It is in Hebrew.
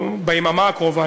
או ביממה הקרובה,